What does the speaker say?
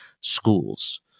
schools